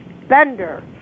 Bender